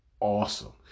awesome